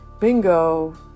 Bingo